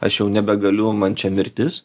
aš jau nebegaliu man čia mirtis